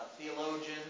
theologian